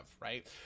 right